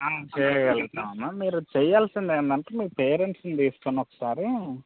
చేయగలుగుతాం అమ్మ మీరు చేయాల్సింది ఏంటంటే పేరెంట్స్ని తీసుకుని ఒకసారి